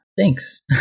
Thanks